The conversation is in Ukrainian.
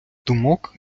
думок